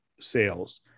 sales